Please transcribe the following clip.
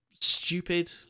stupid